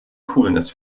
coolness